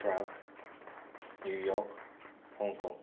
prague New York Hong Kong